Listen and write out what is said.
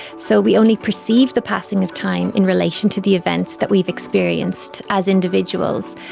so we only perceive the passing of time in relation to the events that we've experienced as individuals,